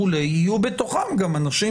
בתוכם יהיו גם אנשים